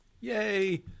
yay